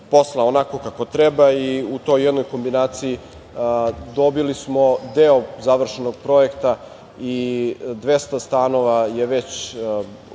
posla onako kako treba. U toj jednoj kombinaciji dobili smo deo završenog projekta i 200 stanova je već